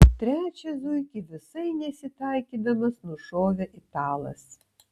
trečią zuikį visai nesitaikydamas nušovė italas